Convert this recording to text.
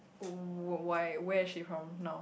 why where is she from now